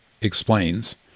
explains